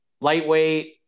Lightweight